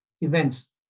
events